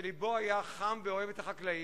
שלבו היה חם ואוהב את החקלאים: